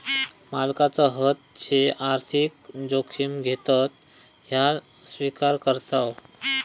मालकच हत जे आर्थिक जोखिम घेतत ह्या स्विकार करताव